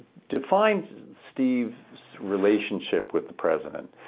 define steve's relationship with the president,